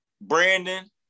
Brandon